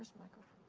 microphone